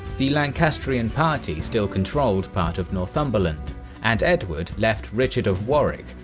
the lancastrian party still controlled part of northumberland and edward left richard of warwick,